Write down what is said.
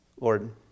Lord